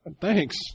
Thanks